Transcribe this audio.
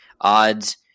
odds